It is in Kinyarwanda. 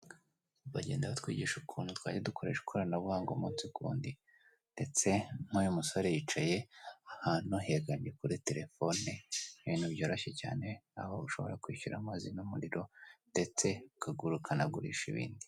Bagenda batwigisha ukuntu twajya dukoresha ikoranabuhanga umunsi ku wundi ndetse n'uyu musore yicaye ahantu yegamye kuri terefone ibintu byoroshye cyane, aho ushobora kwishyura amazi n'umuriro ndetse ukagura ukanagurisha ibintu.